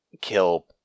kill